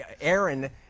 Aaron